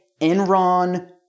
Enron